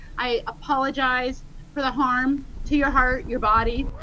i apologize for the harm to your heart, your body,